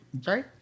Sorry